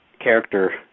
character